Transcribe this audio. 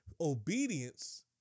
Obedience